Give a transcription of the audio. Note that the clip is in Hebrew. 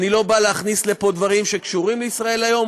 אני לא בא להכניס לפה דברים שקשורים ל"ישראל היום",